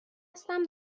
هستم